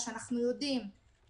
אני חושבת שאנחנו צריכים להתמקד